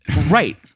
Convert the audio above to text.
Right